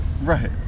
Right